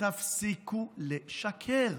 תפסיקו לשקר.